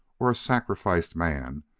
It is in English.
or a sacrificed man,